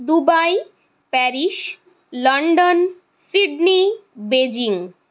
Dubai Paris London Sydney Beijing